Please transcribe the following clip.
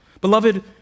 Beloved